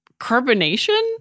carbonation